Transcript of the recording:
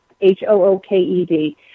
H-O-O-K-E-D